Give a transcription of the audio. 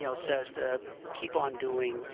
you know says to keep on doing, you